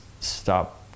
stop